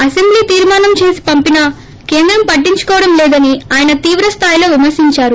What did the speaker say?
assembly తీర్మానం చేసి పంపినా కేంద్రం పట్టించుకోవడం లేదని ఆయన తీవ్రస్గాయిలో విమర్పించారు